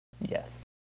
Yes